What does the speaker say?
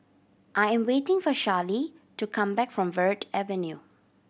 I am waiting for Charlee to come back from Verde Avenue